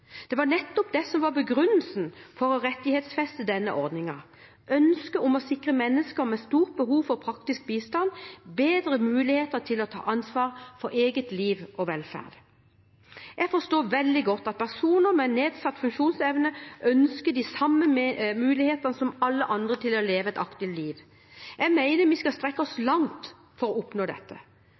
Det var nettopp det som var begrunnelsen for å rettighetsfeste denne ordningen – ønsket om å sikre mennesker med stort behov for praktisk bistand bedre muligheter til å ta ansvar for eget liv og velferd. Jeg forstår veldig godt at personer med nedsatt funksjonsevne ønsker de samme mulighetene som alle andre til å leve et aktivt liv. Jeg mener vi skal strekke oss langt for å oppnå dette.